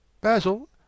Basil